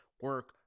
Work